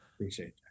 Appreciate